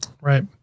Right